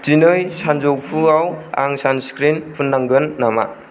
दिनै सानजौफुआव आं सानस्क्रिन फुन्नांगोन नामा